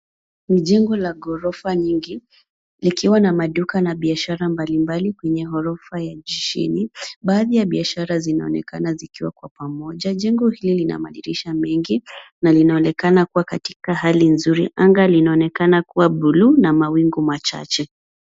Jengo la ghorofa nyingi likiwa na maduka na biashara mbalimbali kwenye ghorofa ya chini. Baadhi ya biashara zinaonekana zikiwa kwa pamoja. Jengo hili lina madirisha mengi na linaonekana kuwa katika hali nzuri. Anga linaonekana kuwa bluu na mawingu machache.